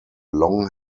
long